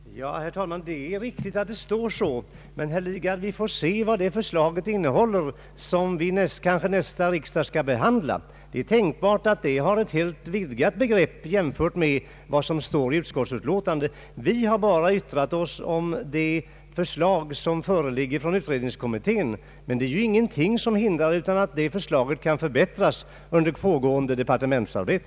Herr talman! Det är riktigt att det står så. Men vi får se, herr Lidgard, vad det förslag innehåller som vi kanske under nästa riksdag skall behandla. Det är tänkbart att det blir ett mer vidgat begrepp än i utskottsutlåtandet. Vi har bara yttrat oss om det förslag som föreligger från utredningskommittén. Men det är ju ingenting som hindrar att det förslaget förbättras under pågående departementsarbete.